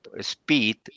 speed